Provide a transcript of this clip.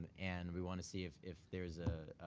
and we want to see if if there's